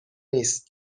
نیست